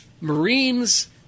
Marines